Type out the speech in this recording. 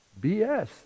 BS